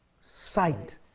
Sight